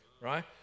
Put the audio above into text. right